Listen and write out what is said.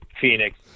Phoenix